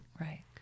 right